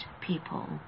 people